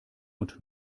und